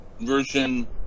version